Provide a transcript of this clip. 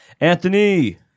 Anthony